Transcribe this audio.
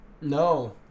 No